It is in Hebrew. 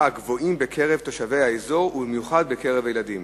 הגבוהים בקרב תושבי האזור ובמיוחד בקרב ילדים.